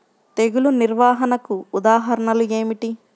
తెగులు నిర్వహణకు ఉదాహరణలు ఏమిటి?